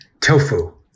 tofu